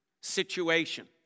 situation